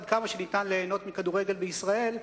עד כמה שניתן ליהנות מכדורגל בישראל,